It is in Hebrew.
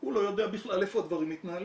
הוא לא יודע בכלל איפה הדברים מתנהלים.